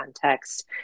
context